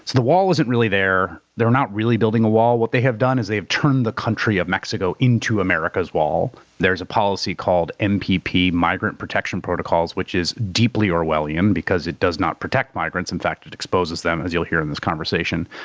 the wall isn't really there. they're not really building a wall. what they have done is they've turned the country of mexico into america's wall. there's a policy called mpp, migrant protection protocols, which is deeply orwellian because it does not protect migrants. in fact, it exposes them, as you'll hear in this conversation,